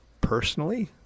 personally